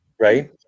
right